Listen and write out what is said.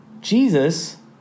Jesus